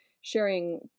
sharing